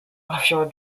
offshore